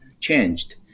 changed